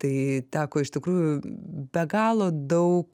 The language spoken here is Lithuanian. tai teko iš tikrųjų be galo daug